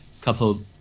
couple